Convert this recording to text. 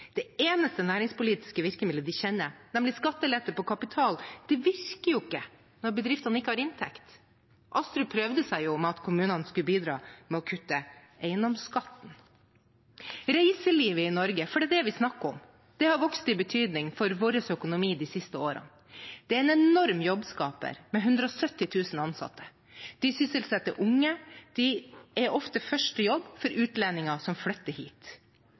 Det eneste næringspolitiske virkemiddelet de kjenner, skattelette på kapital, det virker ikke når bedriftene ikke har inntekt. Statsråd Astrup prøvde seg med at kommunene skulle bidra ved å kutte eiendomsskatt. Reiselivet i Norge – det er det vi snakker om – har vokst i betydning for vår økonomi de siste årene. De er en enorm jobbskaper med 170 000 ansatte. De sysselsetter unge, og de er ofte første jobb for utlendinger som flytter hit.